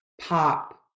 pop